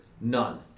None